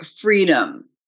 freedom